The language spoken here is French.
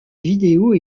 vidéo